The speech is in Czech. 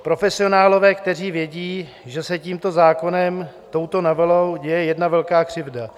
Profesionálové, kteří vědí, že se tímto zákonem, touto novelou, děje jedna velká křivda.